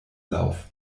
lauf